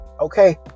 Okay